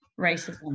racism